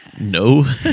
No